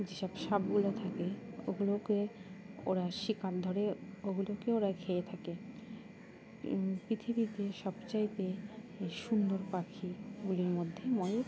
যেসব সাপগুলো থাকে ওগুলোকে ওরা শিকার ধরে ওগুলোকে ওরা খেয়ে থাকে পৃথিবীতে সব চাইতে এই সুন্দর পাখিগুলির মধ্যে ময়ূর